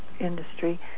industry